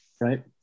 right